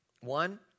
One